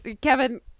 Kevin